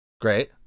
Great